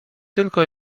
tylko